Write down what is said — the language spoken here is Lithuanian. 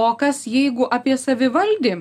o kas jeigu apie savivaldį